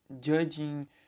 judging